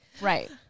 Right